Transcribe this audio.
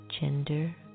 gender